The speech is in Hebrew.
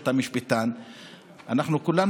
קבוצת יש עתיד-תל"ם מציעה את הסתייגות מס' 58. מי בעד?